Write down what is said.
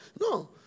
No